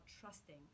trusting